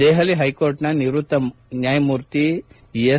ದೆಹಲಿ ಹೈಕೋರ್ಟ್ನ ನಿವೃತ್ತ ನ್ನಾಯಮೂರ್ತಿ ಎಸ್